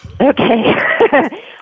Okay